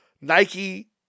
Nike